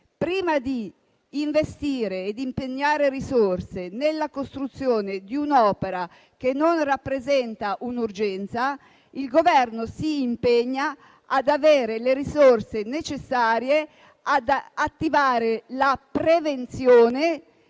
prima di investire e impegnare risorse nella costruzione di un'opera che non rappresenta una urgenza, si impegni ad avere le risorse necessarie ad attivare la prevenzione